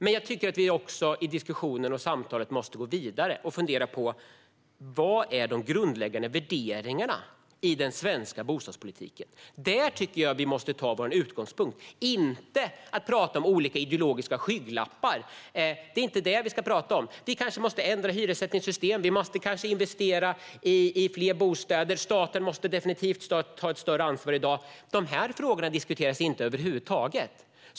Men jag tycker att vi också måste gå vidare i diskussionen och i samtalet och fundera på vilka som är de grundläggande värderingarna i den svenska bostadspolitiken. Där tycker jag att vi måste ta vår utgångspunkt. Vi ska inte prata om olika ideologiska skygglappar. Vi kanske måste ändra hyressättningssystem. Vi måste kanske investera i fler bostäder. Staten måste definitivt ta ett större ansvar. Dessa frågor diskuteras inte över huvud taget.